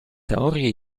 teorie